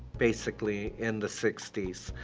basically, in the sixty s,